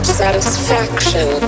satisfaction